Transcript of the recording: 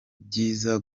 byiza